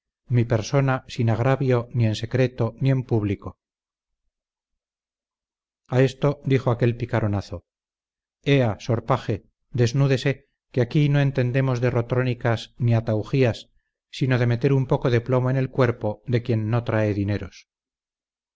mi persona sin agravio ni en secreto ni en público a esto dijo aquel picaronazo ea sor paje desnúdese que aquí no entendemos de rotrónicas ni ataugias sino de meter un poco de plomo en el cuerpo de quien no trae dineros